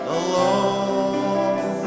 alone